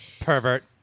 Pervert